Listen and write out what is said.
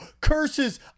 curses